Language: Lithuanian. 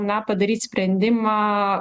na padaryt sprendimą